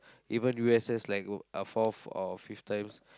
even U_S_S like fourth or fifth times